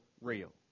real